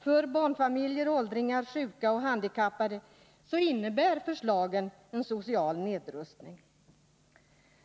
För barnfamiljer, åldringar, sjuka och handikappade innebär förslagen en social nedrustning.